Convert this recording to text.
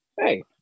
hey